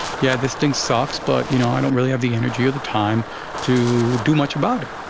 yeah, this thing sucks, but you know i don't really have the energy or the time to do much about it.